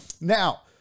now